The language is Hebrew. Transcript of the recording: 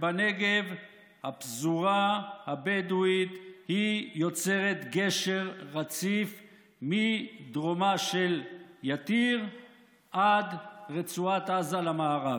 בנגב הפזורה הבדואית יוצרת גשר רציף מדרומה של יתיר עד רצועת עזה במערב.